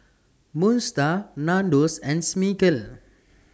Moon STAR Nandos and Smiggle